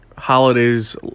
Holidays